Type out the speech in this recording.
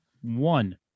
One